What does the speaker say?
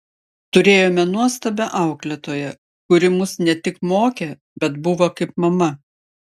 turėjome nuostabią auklėtoją kuri mus ne tik mokė bet buvo kaip mama